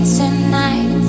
tonight